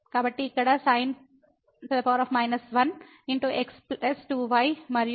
కాబట్టి ఇక్కడ sin 1 x 2y మరియు tan 1 3x 6y